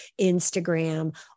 Instagram